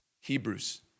Hebrews